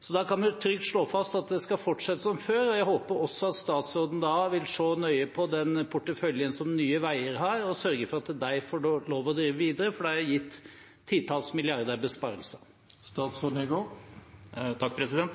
Så da kan vi trygt slå fast at det skal fortsette som før, og jeg håper også at statsråden vil se nøye på porteføljen som Nye Veier har, og sørge for at de får lov til å drive videre, for det har gitt titalls milliarder i besparelser.